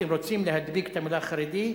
אתם רוצים להדביק את המלה "חרדי",